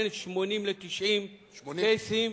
לכ-80 עד 90 קייסים,